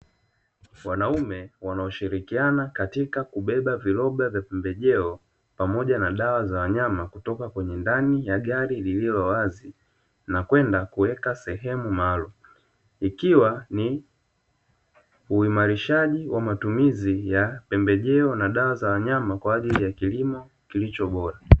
Wanaume wanaoshirikiana katika kubeba viroba vya pembejeo pamoja na dawa za wanyama kutoka kwenye ndani ya gari lililo wazi na kwenda kuweka sehemu maalum, ikiwa ni uimarishaji wa matumizi ya pembejeo na dawa za wanyama kwa ajili ya kilimo kilicho bora.